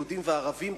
יהודים וערבים,